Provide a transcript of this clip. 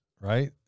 right